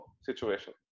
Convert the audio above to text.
situation